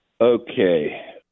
Okay